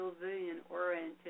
civilian-oriented